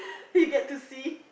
so you get to see